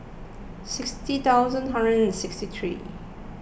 sixty thousand hundred and sixty three